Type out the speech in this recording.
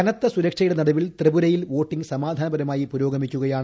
കനത്ത സുരക്ഷയുടെ നടുവിൽ ത്രിപുരയിൽ വോട്ടിംഗ് സമാധാനപരമായി പുരോഗമിക്കുകയാണ്